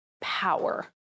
power